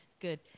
good